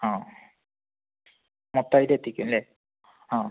ആ മൊത്തമായിട്ട് എത്തിക്കും അല്ലേ ആ